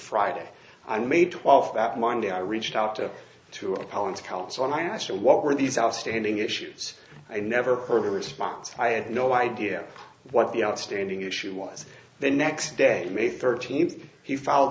friday i may twelfth that monday i reached out to two opponents counsel and i asked her what were these outstanding issues i never heard a response i had no idea what the outstanding issue was the next day may thirteenth he f